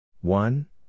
One